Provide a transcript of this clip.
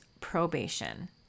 probation